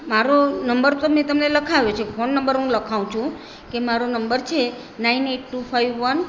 મારો નંબર તો મેં તમને લખાવ્યો છે ફોન નંબર હું લખાવું છું કે મારો નંબર છે nine eight two five one